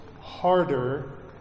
harder